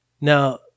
Now